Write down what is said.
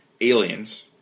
aliens